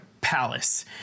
palace